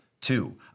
Two